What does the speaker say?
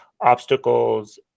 obstacles